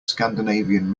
scandinavian